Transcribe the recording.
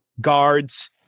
guards